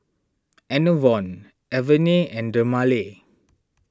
Enervon Avene and Dermale